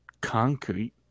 concrete